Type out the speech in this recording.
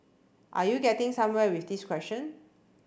are you getting somewhere with this question